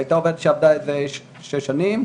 היא הייתה עובדת שעבדה כשש שנים,